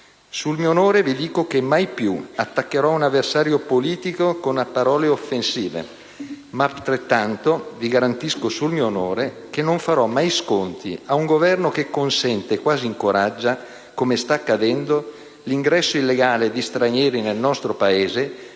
Sul mio onore vi dico che mai più attaccherò un avversario politico con parole offensive, ma altrettanto vi garantisco, sul mio onore, che non farò mai sconti a un Governo che consente e quasi incoraggia, come sta accadendo, l'ingresso illegale di stranieri nel nostro Paese